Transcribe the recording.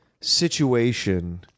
situation